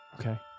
Okay